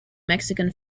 mexican